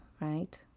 right